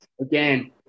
again